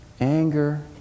Anger